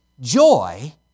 joy